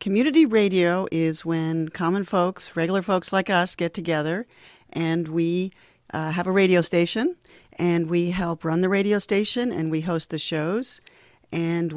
community radio is when common folks regular folks like us get together and we have a radio station and we help run the radio station and we host the shows and